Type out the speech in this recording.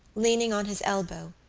leaning on his elbow,